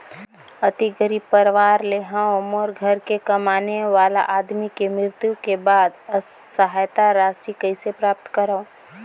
अति गरीब परवार ले हवं मोर घर के कमाने वाला आदमी के मृत्यु के बाद सहायता राशि कइसे प्राप्त करव?